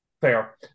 Fair